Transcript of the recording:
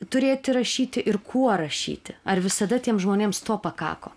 turėti rašyti ir kuo rašyti ar visada tiem žmonėms to pakako